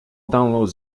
downloads